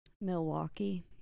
Milwaukee